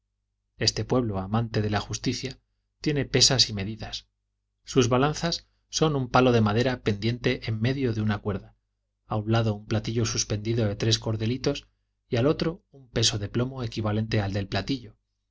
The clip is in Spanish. este pueblo amante de la justicia tiene pesas y medidas sus balanzas son un palo de madera pendiente en medio de una cuerda a un lado un platillo suspendido de tres cordelitos y al otro un peso de plomo equivalente al del platillo